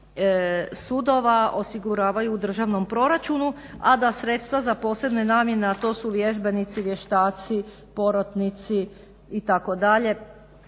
sudova osiguravaju u državnom proračunu a da sredstva za posebne namjene, a to su vježbenici, vještaci, porotnici itd.